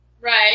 Right